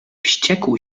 wściekł